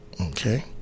Okay